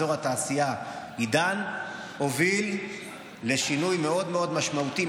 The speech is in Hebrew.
אזור התעשייה עידן הוביל לשינוי מאוד מאוד משמעותי,